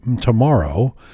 tomorrow